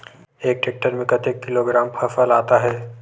एक टेक्टर में कतेक किलोग्राम फसल आता है?